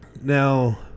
Now